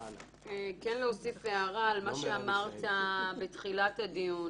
להוסיף הערה על מה שאמרת באמצע הדיון